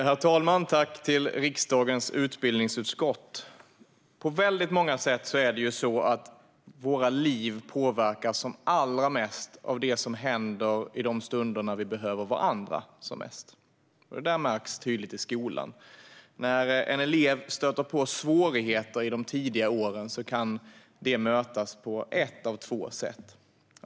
Herr talman! Tack till riksdagens utbildningsutskott! På väldigt många sätt påverkas våra liv som allra mest av det som händer i de stunder när vi behöver varandra som mest. Detta märks tydligt i skolan. När en elev stöter på svårigheter under de tidiga åren kan detta mötas på ett av två sätt.